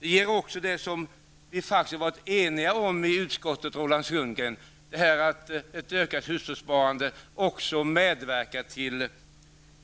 Vi har faktiskt varit eniga i utskottet, Roland Sundgren, om att ett ökat hushållssparande också medverkar till